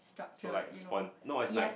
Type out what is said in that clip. so like respond no as in like